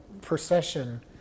procession